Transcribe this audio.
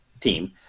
team